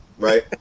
Right